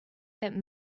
that